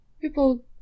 people